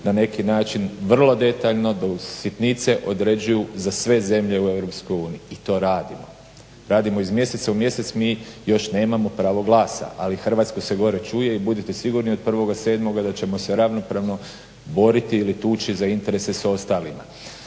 na neki način vrlo detaljno do sitnice određuju za sve zemlje u EU i to radimo, radimo iz mjeseca u mjesec. Mi još nemamo pravo glasa, ali Hrvatsku se gore čuje i budite sigurni od 1. 7. da ćemo se ravnopravno boriti ili tući za interese sa ostalima.